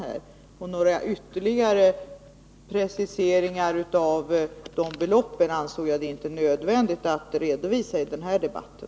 Att redovisa några ytterligare preciseringar av de beloppen ansåg jag inte vara nödvändigt i den här debatten.